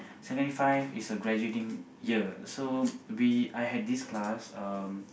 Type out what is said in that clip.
secondary five is a graduating year so we I had this class um